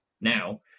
now